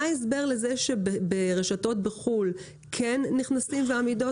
מה ההסבר לכך שברשתות בחו"ל כן נכנסים והמידות